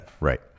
Right